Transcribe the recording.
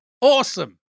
Awesome